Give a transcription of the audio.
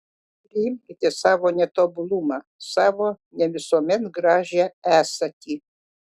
priimkite savo netobulumą savo ne visuomet gražią esatį